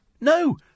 no